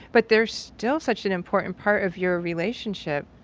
but there's still such an important part of your relationship.